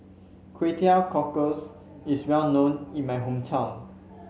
Kway Teow Cockles is well known in my hometown